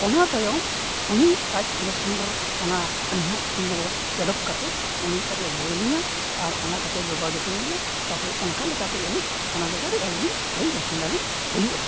ᱚᱱᱟ ᱛᱟᱭᱚᱢ ᱩᱱᱤ ᱟᱡ ᱜᱮᱥ ᱥᱤᱞᱤᱱᱰᱟᱨ ᱟᱹᱞᱤᱧᱟᱜ ᱯᱷᱳᱱ ᱱᱚᱢᱵᱚᱨ ᱮᱰᱚᱯ ᱠᱟᱛᱮᱫ ᱩᱱᱤ ᱟᱡ ᱮ ᱟᱹᱜᱩᱣᱟᱹᱞᱤᱧᱟ ᱟᱨ ᱚᱱᱟ ᱠᱟᱛᱮᱫ ᱡᱳᱜᱟᱣ ᱡᱚᱛᱚᱱ ᱞᱮᱭᱟ ᱛᱟᱨᱯᱚᱨᱮ ᱚᱱᱠᱟ ᱞᱮᱠᱟᱛᱮ ᱟᱹᱞᱤᱧ ᱚᱱᱟ ᱡᱟᱭᱜᱟ ᱨᱮ ᱟᱹᱞᱤᱧ ᱞᱤᱧ ᱥᱛᱷᱟᱭᱤ ᱵᱟᱥᱤᱱᱫᱟ ᱞᱤᱧ ᱦᱩᱭᱩᱜᱼᱟ